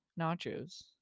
nachos